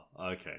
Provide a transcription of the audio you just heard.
okay